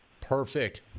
Perfect